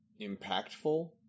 impactful